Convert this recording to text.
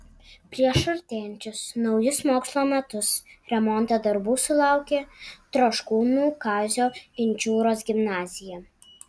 prieš artėjančius naujus mokslo metus remonto darbų sulaukė troškūnų kazio inčiūros gimnazija